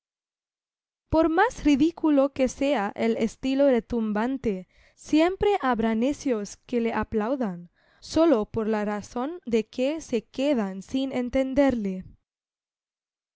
por más ridículo que sea el estilo retumbante siempre habrá necios que le aplaudan sólo por la razón de que se quedan sin entenderle